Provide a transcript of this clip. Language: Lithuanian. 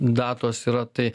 datos yra tai